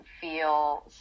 feel